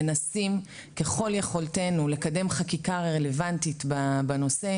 מנסים ככל יכולתנו לקדם חקיקה רלוונטית בנושא,